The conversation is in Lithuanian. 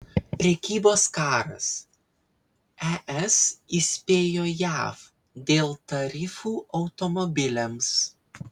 prekybos karas es įspėjo jav dėl tarifų automobiliams